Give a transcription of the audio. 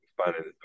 finding